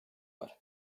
var